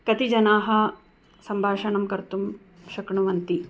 कति जनाः सम्भाषणं कर्तुं शक्नुवन्ति